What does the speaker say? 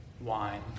wine